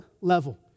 level